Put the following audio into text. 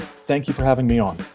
thank you for having me on